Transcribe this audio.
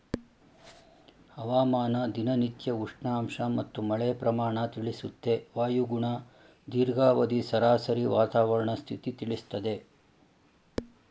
ಹವಾಮಾನ ದಿನನಿತ್ಯ ಉಷ್ಣಾಂಶ ಮತ್ತು ಮಳೆ ಪ್ರಮಾಣ ತಿಳಿಸುತ್ತೆ ವಾಯುಗುಣ ದೀರ್ಘಾವಧಿ ಸರಾಸರಿ ವಾತಾವರಣ ಸ್ಥಿತಿ ತಿಳಿಸ್ತದೆ